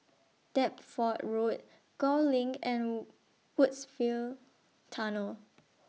Deptford Road Gul LINK and Woodsville Tunnel